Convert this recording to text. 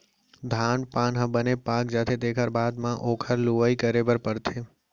धान पान ह बने पाक जाथे तेखर बाद म ओखर लुवई करे बर परथे